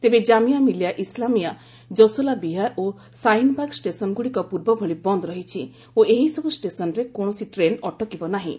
ତେବେ ଜାମିଆ ମିଲିଆ ଇସଲାମିଆ ଜସୋଲା ବିହାର ଓ ସାହିନ୍ବାଗ୍ ଷ୍ଟେସନ୍ଗୁଡ଼ିକ ପୂର୍ବଭଳି ବନ୍ଦ ରହିଛି ଓ ଏହିସବୁ ଷ୍ଟେସନ୍ରେ କୌଣସି ଟ୍ରେନ୍ ଅଟକିବ ନାହିଁ